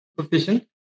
sufficient